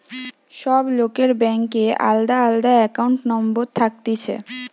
সব লোকের ব্যাংকে আলদা আলদা একাউন্ট নম্বর থাকতিছে